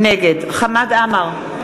נגד חמד עמאר,